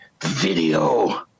video